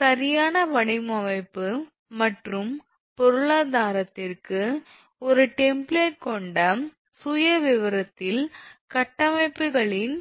சரியான வடிவமைப்பு மற்றும் பொருளாதாரத்திற்கு ஒரு டெம்ப்ளேட் கொண்ட சுயவிவரத்தில் கட்டமைப்புகளின்